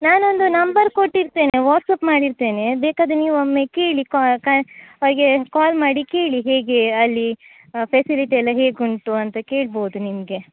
ನಾನೊಂದು ನಂಬರ್ ಕೊಟ್ಟಿರ್ತೇನೆ ವಾಟ್ಸಾಪ್ ಮಾಡಿರ್ತೇನೆ ಬೇಕಾದರೆ ನೀವೊಮ್ಮೆ ಕೇಳಿ ಅವರಿಗೆ ಕಾಲ್ ಮಾಡಿ ಕೇಳಿ ಹೇಗೆ ಅಲ್ಲಿ ಫೆಸಿಲಿಟಿ ಎಲ್ಲಾ ಹೇಗುಂಟು ಅಂತ ಕೇಳ್ಬೋದು ನಿಮಗೆ